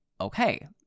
okay